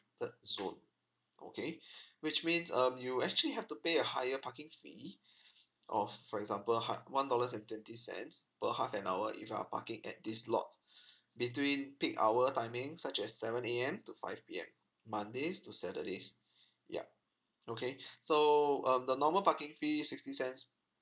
ed zone okay which means um you actually have to pay a higher parking fee or for example uh one dollars and twenty cents per half an hour if you're parking at this lots between peak hour timing such as seven A_M to five P_M mondays to saturdays yup okay so um the normal parking fee is sixty cents